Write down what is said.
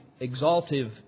exaltive